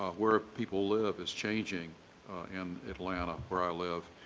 where people live is changing in atlanta where i live.